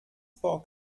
borg